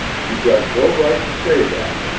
you got no right to say that!